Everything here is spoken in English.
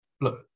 look